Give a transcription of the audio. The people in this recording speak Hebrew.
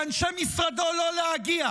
ואנשי משרדו לא להגיע.